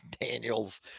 Daniels